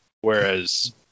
Whereas